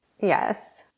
Yes